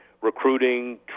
recruiting